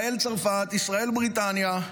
ישראל צרפת, ישראל בריטניה,